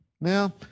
Now